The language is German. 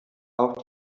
auch